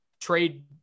trade